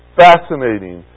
fascinating